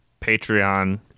Patreon